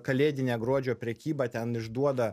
kalėdinę gruodžio prekybą ten išduoda